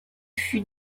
fut